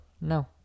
No